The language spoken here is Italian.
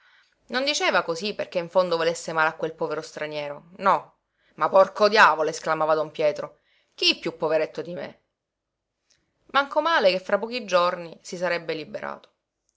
non diceva cosí perché in fondo volesse male a quel povero straniero no ma porco diavolo esclamava don pietro chi piú poveretto di me manco male che fra pochi giorni si sarebbe liberato